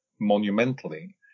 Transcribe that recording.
monumentally